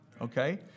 okay